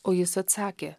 o jis atsakė